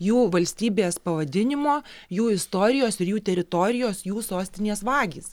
jų valstybės pavadinimo jų istorijos ir jų teritorijos jų sostinės vagys